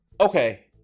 Okay